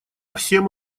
всем